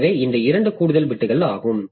எனவே இந்த 2 கூடுதல் பிட்கள் ஆகும்